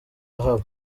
ahaba